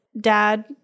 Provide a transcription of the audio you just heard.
dad